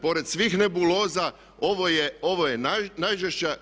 Pored svih nebuloza ovo je najžešća.